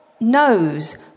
knows